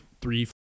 three